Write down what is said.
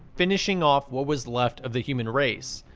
finishing off what was left of the human race.